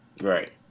Right